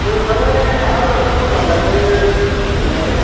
गयफ्रालाय हा गोरानफोर दंबा गायजायो गायनायालाय